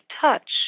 touch